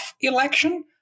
election